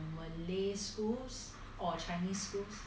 malay schools or chinese schools